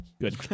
Good